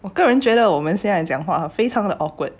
我个人觉得我们现在讲话非常 the awkward